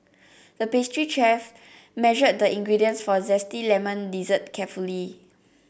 the pastry chef measured the ingredients for a zesty lemon dessert carefully